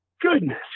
Goodness